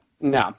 No